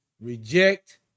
Reject